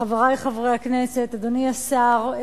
חברי חברי הכנסת, אדוני השר,